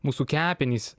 mūsų kepenys